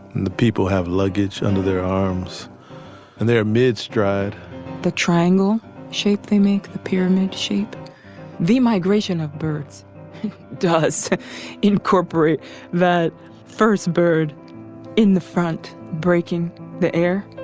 and the people have luggage under their arms and they are mid-stride the triangle shape. they make a pyramid shape the migration of birds does incorporate that first bird in the front, breaking the air,